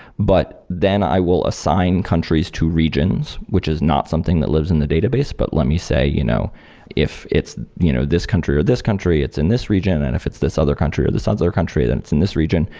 but then i will assign countries to regions which is not something that lives in the database. but let me say you know if it's you know this country or this country, it's in this region. and if it's this other country, or this other country then it's in this region,